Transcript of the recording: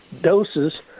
doses